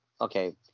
okay